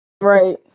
right